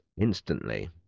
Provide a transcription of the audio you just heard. instantly